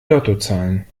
lottozahlen